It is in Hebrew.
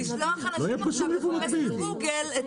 לשלוח אנשים עכשיו לחפש בגוגל את